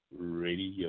Radio